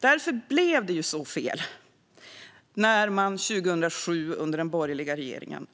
Det var därför det blev så fel när man 2007 under den borgerliga regeringen